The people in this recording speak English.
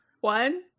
One